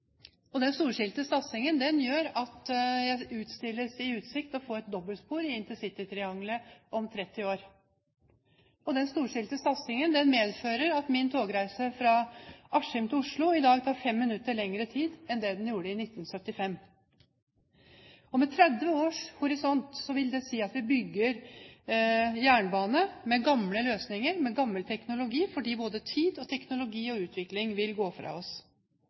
Og den storstilte satsingen gjør at jeg stilles i utsikt å få et dobbeltspor i intercitytriangelet om 30 år. Den storstilte satsingen medfører at min togreise fra Askim til Oslo i dag tar fem minutter lengre tid enn det den gjorde i 1975. Og med 30 års horisont vil det si at vi bygger jernbane med gamle løsninger, med gammel teknologi, fordi både tiden og teknologien og utviklingen vil gå fra oss.